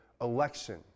election